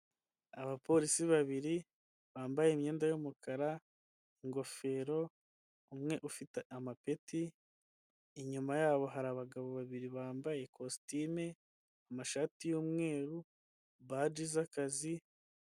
Abapolisi babiri bambaye imyenda y'umukara, ingofero umwe ufite amapeti, inyuma yabo hari abagabo babiri bambaye kositimu, amashati y'umweru baji z'akazi.